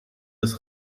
des